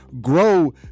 grow